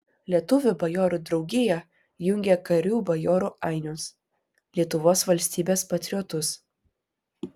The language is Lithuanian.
lietuvių bajorų draugija jungia karių bajorų ainius lietuvos valstybės patriotus